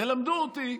תלמדו אותי.